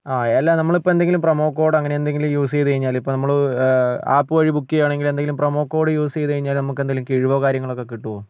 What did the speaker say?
ആ അല്ല നമ്മളിപ്പം എന്തെങ്കിലും പ്രൊമോ കോഡ് അങ്ങനെ എന്തെങ്കിലും യൂസ് ചെയ്ത് കഴിഞ്ഞാൽ ഇപ്പം നമ്മൾ ആപ്പ് വഴി ബുക്ക് ചെയ്യുവാണെങ്കിൽ എന്തെങ്കിലും പ്രൊമോ കോഡ് യൂസ് ചെയ്തു കഴിഞ്ഞാൽ നമുക്ക് എന്തെങ്കിലും കിഴിവോ കാര്യങ്ങളൊക്കെ കിട്ടുവോ